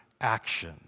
action